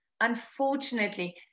unfortunately